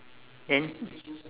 then